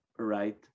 Right